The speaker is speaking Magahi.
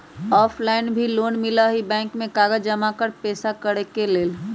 ऑफलाइन भी लोन मिलहई बैंक में कागज जमाकर पेशा करेके लेल?